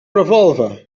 revolver